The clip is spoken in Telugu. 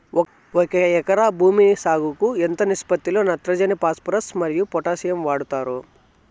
ఒక ఎకరా భూమి సాగుకు ఎంత నిష్పత్తి లో నత్రజని ఫాస్పరస్ మరియు పొటాషియం వాడుతారు